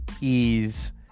ease